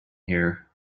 there